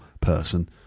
person